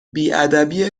بیادبی